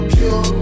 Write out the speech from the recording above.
pure